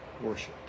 worship